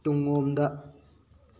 ꯇꯨꯡꯂꯣꯝꯗ